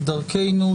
"דרכנו".